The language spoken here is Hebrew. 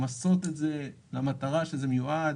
למסות את זה למטרה שאליה זה מיועד.